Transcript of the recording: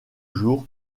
jours